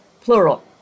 plural